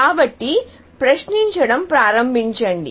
కాబట్టి ప్రశ్నించడం ప్రారంభించండి